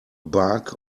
bark